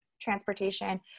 transportation